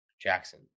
Jackson